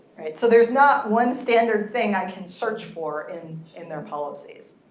right. so there's not one standard thing i can search for in in their policies.